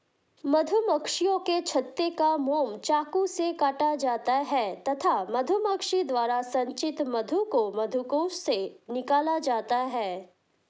मधुमक्खियों के छत्ते का मोम चाकू से काटा जाता है तथा मधुमक्खी द्वारा संचित मधु को मधुकोश से निकाला जाता है